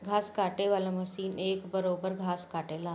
घास काटे वाला मशीन एक बरोब्बर घास काटेला